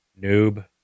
Noob